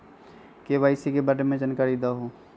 KYC के बारे में जानकारी दहु?